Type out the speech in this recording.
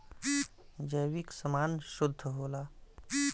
जैविक समान शुद्ध होला